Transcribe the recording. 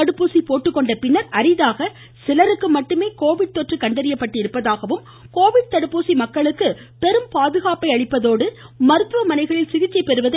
தடுப்பூசி போட்டுக்கொண்ட பின்னர் அரிதாக சிலருக்கு மட்டுமே கோவிட் தொற்று கண்டறியப்பட்டுள்ளதாகவும் கோவிட் தடுப்பூசி மக்களுக்கு பெரும் பாதுகாப்பை அளிப்பதோடு மருத்துவமனைகளில் பெருவாரியாக குறைப்பதாகவும் குறிப்பிட்டார்